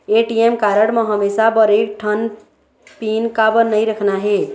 ATM card म हमेशा बर एक ठन पिन काबर नई रखना हे?